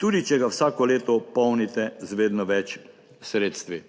tudi če ga vsako leto polnite z vedno več sredstvi.